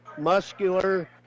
muscular